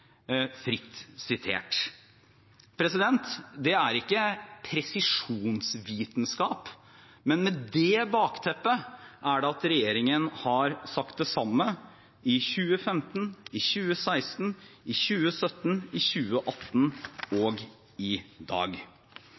fritt sitert. Det er ikke presisjonsvitenskap, men med dette bakteppet er det regjeringen har sagt det samme i 2015, i 2016, i 2017 og i dag, i 2018.